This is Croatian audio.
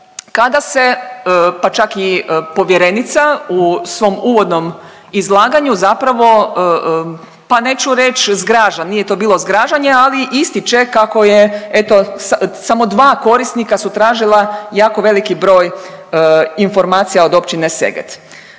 kada se, pa čak i povjerenica u svom uvodnom izlaganju zapravo, pa neću reći zgraža, nije to bilo zgražanje, ali ističe kako je eto, samo dva korisnika su tražila jako veliki broj informacija od općine Seget.